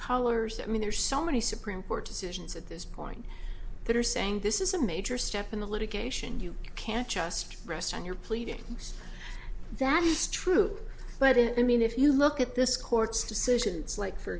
colors i mean there's so many supreme court decisions at this point that are saying this is a major step in the litigation you can't just rest on your pleadings that is true but it i mean if you look at this court's decisions like for